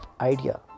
idea